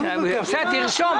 תרשום.